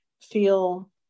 feel